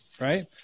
right